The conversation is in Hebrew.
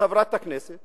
בחברת הכנסת